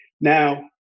Now